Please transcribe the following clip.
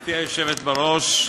גברתי היושבת בראש,